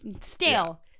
stale